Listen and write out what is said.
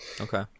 okay